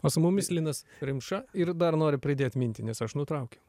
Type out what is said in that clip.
o su mumis linas rimša ir dar noriu pridėt mintį nes aš nutraukiau